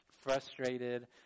frustrated